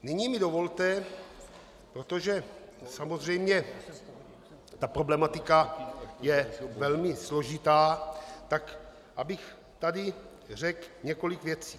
Nyní mi dovolte, protože samozřejmě problematika je velmi složitá, abych řekl několik věcí.